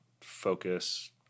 focus